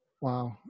Wow